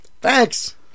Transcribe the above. thanks